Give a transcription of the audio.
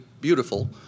beautiful